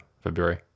February